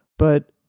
but